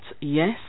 yes